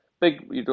big